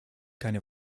keine